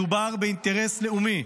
מדובר באינטרס לאומי,